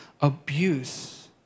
abuse